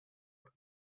but